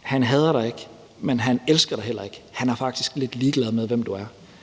han hader dig ikke, men han elsker dig heller ikke. Han er faktisk lidt ligeglad med, hvem du er.